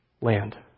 land